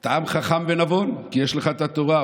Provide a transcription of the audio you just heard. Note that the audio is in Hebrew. אתה עם חכם ונבון, כי יש לך את התורה.